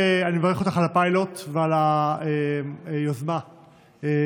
אני מברך אותך על הפיילוט ועל היוזמה שהכנסת.